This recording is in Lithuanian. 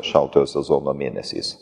šaltojo sezono mėnesiais